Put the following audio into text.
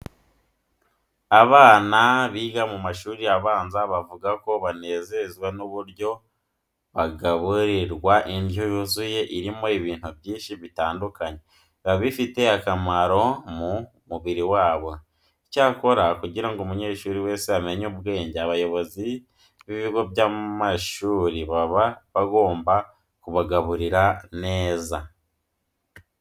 Abana biga mu mashuri abanza bavuga ko banezezwa n'uburyo bagaburirwa indyo yuzuye irimo ibintu byinshi bitandukanye biba bifite akamaro mu mubiri wabo. Icyakora kugira ngo umunyeshuri wese amenye ubwenge, abayobozi b'ibigo by'amasuri baba bagomba kubagaburira neza.